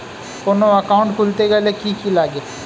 কোন একাউন্ট খুলতে গেলে কি কি লাগে?